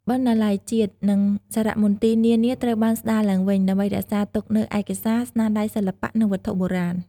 បណ្ណាល័យជាតិ និងសារមន្ទីរនានាត្រូវបានស្តារឡើងវិញ ដើម្បីរក្សាទុកនូវឯកសារ ស្នាដៃសិល្បៈ និងវត្ថុបុរាណ។